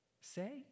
say